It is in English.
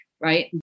right